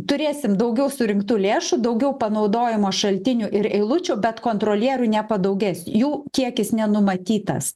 turėsim daugiau surinktų lėšų daugiau panaudojimo šaltinių ir eilučių bet kontrolierių nepadaugės jų kiekis nenumatytas